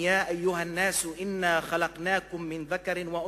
"הוי האנשים, בראנו אתכם מתוך זכר ונקבה,